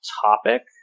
topic